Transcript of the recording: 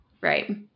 Right